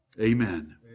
amen